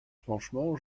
franchement